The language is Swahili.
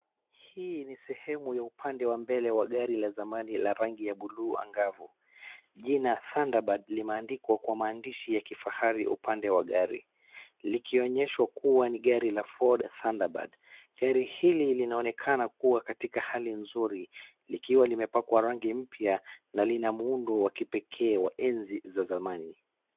Hii ni sehemu ya upande wa mbele wa gari la zamani la rangi ya buluu angavu. Jina Thunder bird limeandikwa kwa maandishi ya kifahari upande wa gari likionyesha kuwa ni gari la Ford Thunder bird . Gari hili linaonekana kuwa katika hali nzuri likiwa limepakwa rangi mpya na lina muundo wa kipekee wa enzi za zamani.